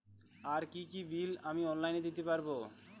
আর কি কি বিল আমি অনলাইনে দিতে পারবো?